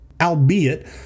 albeit